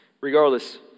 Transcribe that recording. Regardless